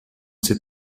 sais